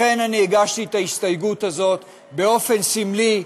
לכן הגשתי את ההסתייגות הזאת באופן סמלי,